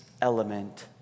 element